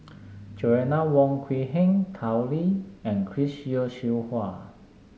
Joanna Wong Quee Heng Tao Li and Chris Yeo Siew Hua